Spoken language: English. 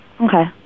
Okay